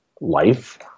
life